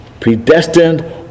predestined